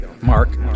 Mark